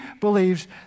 believes